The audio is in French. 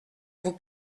vous